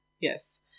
Yes